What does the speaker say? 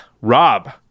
rob